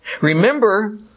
Remember